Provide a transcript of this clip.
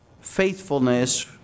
faithfulness